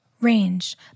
range